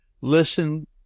listen